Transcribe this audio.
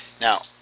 Now